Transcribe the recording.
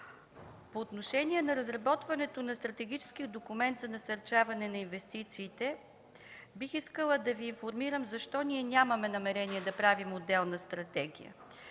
По отношение на разработването на стратегически документ за насърчаване на инвестициите, бих искала да Ви информирам защо нямаме намерение да правим отделна стратегия.